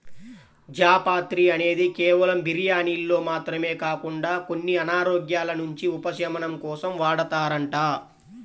జాపత్రి అనేది కేవలం బిర్యానీల్లో మాత్రమే కాకుండా కొన్ని అనారోగ్యాల నుంచి ఉపశమనం కోసం వాడతారంట